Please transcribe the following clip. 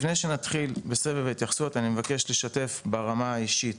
לפני שנתחיל סבב התייחסויות אני מבקש לשתף ברמה האישית,